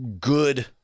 good –